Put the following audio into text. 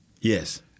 Yes